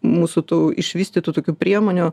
mūsų tų išvystytų tokių priemonių